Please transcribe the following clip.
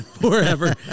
Forever